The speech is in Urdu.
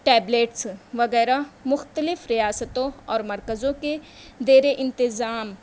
ٹیبلیٹس وغیرہ مختلف ریاستوں اور مرکزوں کے زیرِ انتظام